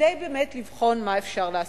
כדי לבחון מה אפשר לעשות.